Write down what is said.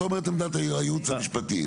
אתה אומר את עמדת הייעוץ המשפטי,